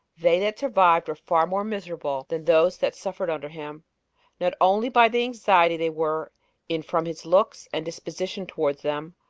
they that survived were far more miserable than those that suffered under him not only by the anxiety they were in from his looks and disposition towards them,